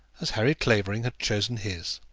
as harry clavering had chosen his